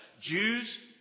Jews